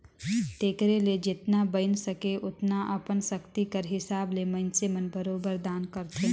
तेकरे ले जेतना बइन सके ओतना अपन सक्ति कर हिसाब ले मइनसे मन बरोबेर दान करथे